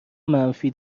منفی